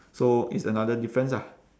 so it's another difference ah